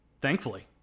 Thankfully